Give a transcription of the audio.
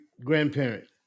grandparent